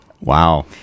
Wow